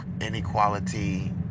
inequality